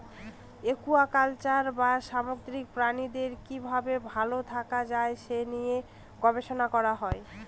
aquaculture বা সামুদ্রিক প্রাণীদের কি ভাবে ভালো থাকা যায় সে নিয়ে গবেষণা করা হয়